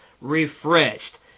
refreshed